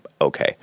okay